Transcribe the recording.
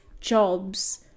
jobs